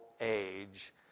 age